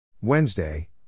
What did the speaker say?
Wednesday